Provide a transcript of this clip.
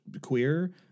queer